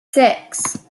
six